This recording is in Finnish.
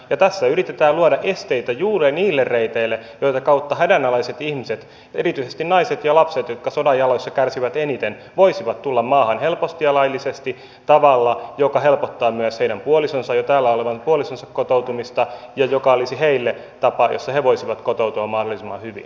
tässä yritetään luoda esteitä juuri niille reiteille joita kautta hädänalaiset ihmiset erityisesti naiset ja lapset jotka sodan jaloissa kärsivät eniten voisivat tulla maahan helposti ja laillisesti tavalla joka helpottaa myös heidän puolisonsa jo täällä olevan puolisonsa kotoutumista ja joka olisi heille tapa jolla he voisivat kotoutua mahdollisimman hyvin